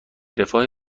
رفاه